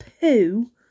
poo